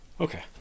Okay